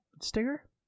sticker